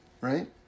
right